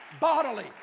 bodily